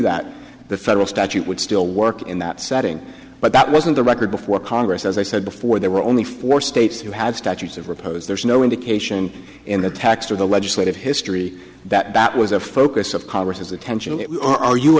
that the federal statute would still work in that setting but that wasn't the record before congress as i said before there were only four states who had statutes of repose there is no indication in the text of the legislative history that that was a focus of congress as attention and are you